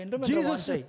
Jesus